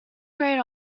great